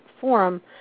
Forum